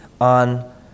on